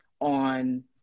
on